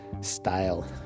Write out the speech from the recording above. style